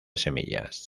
semillas